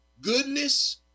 Goodness